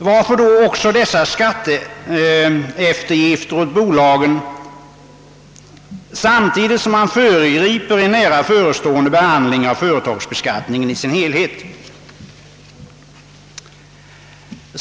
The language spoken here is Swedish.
Varför då dessa skatteeftergifter åt bolagen samtidigt som man föregriper en nära förestående behandling av företagsbeskattningen i dess helhet?